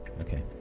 Okay